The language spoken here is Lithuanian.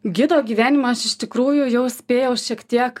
gido gyvenimą aš iš tikrųjų jau spėjau šiek tiek